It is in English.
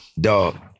Dog